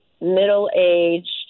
middle-aged